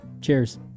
cheers